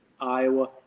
Iowa